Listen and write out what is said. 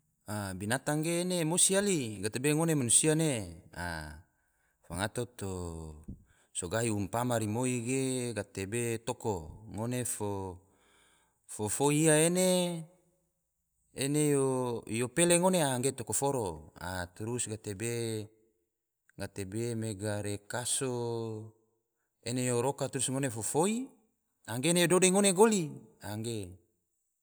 Binatang ge ene emosi yali, gatebe ngone manusia ne, fangato to sogahi umpama rimoi ge gatebe toko, ngone fo foi ia ene, ene yo pele ngone angge toko foro, trus gatebe mega re kaso, ene yo roka truus ngone fo foi anggge ene yo dode ngone goli, angge